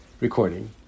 recording